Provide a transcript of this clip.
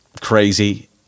crazy